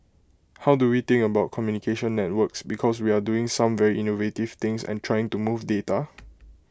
how do we think about communication networks because we are doing some very innovative things and trying to move data